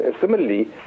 Similarly